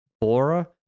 Bora